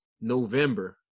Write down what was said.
November